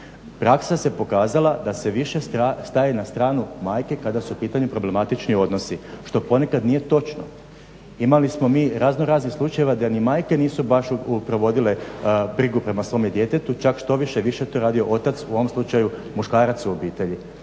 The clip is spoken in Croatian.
praksa se pokazala da se više staje na stranu majke kada su u pitanju problematični odnosi što ponekad nije točno. Imali smo mi raznoraznih slučajeva da ni majke nisu baš provodile brigu prema svome djetetu, čak štoviše više je to radio otac u ovom slučaju muškarac u obitelji.